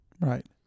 Right